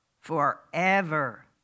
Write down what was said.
forever